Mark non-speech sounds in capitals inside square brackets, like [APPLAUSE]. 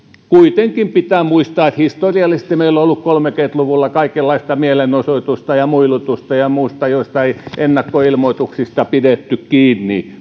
kuitenkin pitää muistaa että historiallisesti meillä on ollut kolmekymmentä luvulla kaikenlaista mielenosoitusta ja muilutusta ja muuta joissa ei ennakkoilmoituksista pidetty kiinni [UNINTELLIGIBLE]